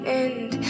end